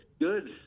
good